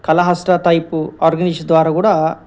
కళహస్త్ర type organisation ద్వారా కూడా